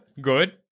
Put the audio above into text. Good